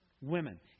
Women